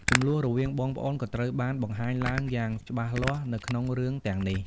ជម្លោះរវាងបងប្អូនក៏ត្រូវបានបង្ហាញឡើងយ៉ាងច្បាស់លាស់នៅក្នុងរឿងទាំងនេះ។